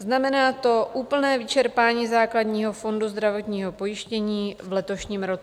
Znamená to úplné vyčerpání základního fondu zdravotního pojištění v letošním roce.